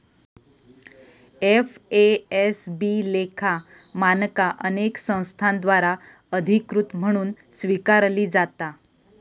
FASB लेखा मानका अनेक संस्थांद्वारा अधिकृत म्हणून स्वीकारली जाता